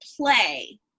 play